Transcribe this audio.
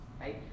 right